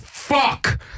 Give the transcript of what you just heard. Fuck